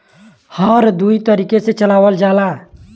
हर दुई तरीके से चलावल जाला